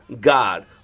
God